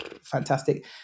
fantastic